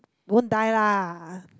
won't die lah ah